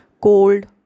cold